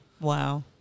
Wow